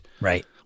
right